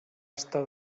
estar